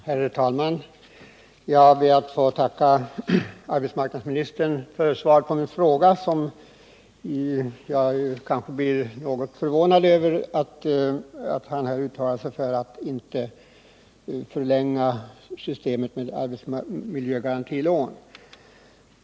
Herr talman! Jag ber att få tacka arbetsmarknadsministern för svaret på min fråga. Jag är något förvånad över att arbetsmarknadsministern uttalar sig för att inte förlänga systemet med arbetsmiljögarantilån.